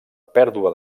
pèrdua